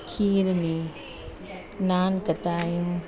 खीरनी नान किताई